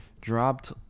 dropped